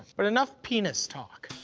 but enough penis talk.